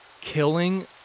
killing